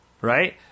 right